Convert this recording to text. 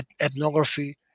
ethnography